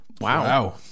Wow